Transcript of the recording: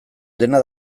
dena